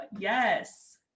yes